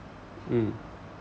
mm